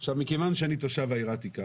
כיוון שאני תושב העיר העתיקה